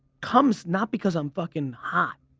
comes not because i'm fucking hot.